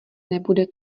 nebude